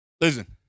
Listen